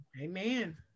Amen